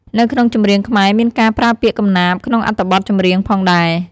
នៅក្នុងចម្រៀងខ្មែរមានការប្រើពាក្យកំណាព្យក្នុងអត្ថបទចម្រៀងផងដែរ។